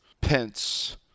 Pence